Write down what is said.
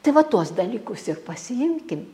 tai va tuos dalykus ir pasiimkim